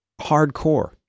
hardcore